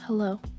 Hello